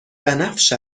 بنفش